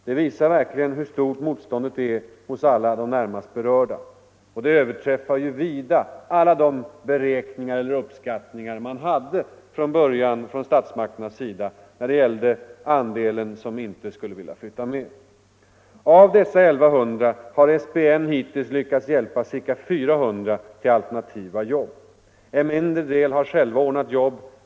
Det visar verkligen hur stort motståndet är hos alla de närmast berörda. Det överträffar vida alla de uppskattningar man gjorde från början från statsmakternas sida när det gällde andelen som inte skulle vilja flytta med. Av dessa 1100 har SPN hittills lyckats hjälpa ca 400 till alternativa jobb. En mindre del har själva ordnat jobb.